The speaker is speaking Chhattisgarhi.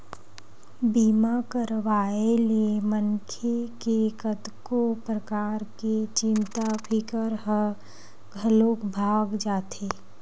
बीमा करवाए ले मनखे के कतको परकार के चिंता फिकर ह घलोक भगा जाथे